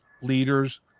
leaders